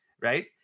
right